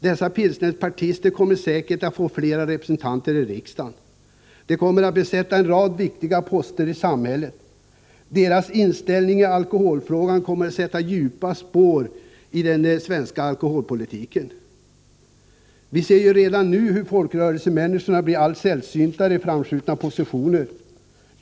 Dessa pilsnerpartister kommer säkert att få flera representanter i riksdagen, de kommer att besätta en rad viktiga poster i samhället, deras inställning i alkoholfrågan kommer att sätta djupa spår i den svenska alkoholpolitiken. Vi ser redan nu hur folkrörelsemänniskorna blir alltmer sällsynta i framskjutna positioner.